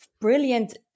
brilliant